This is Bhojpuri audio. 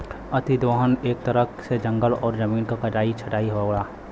अति दोहन एक तरह से जंगल और जमीन क कटाई छटाई होला